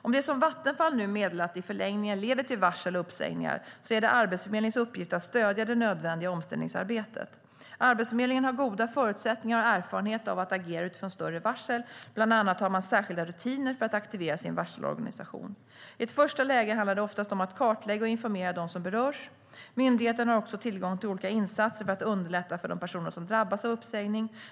Om det som Vattenfall nu meddelat i förlängningen leder till varsel och uppsägningar är det Arbetsförmedlingens uppgift att stödja det nödvändiga omställningsarbetet. Arbetsförmedlingen har goda förutsättningar och erfarenhet av att agera utifrån större varsel. Bland annat har man särskilda rutiner för att aktivera sin varselorganisation. I ett första läge handlar det oftast om att kartlägga och informera dem som berörs. Myndigheten har också tillgång till olika insatser för att underlätta för de personer som drabbas av uppsägning.